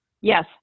Yes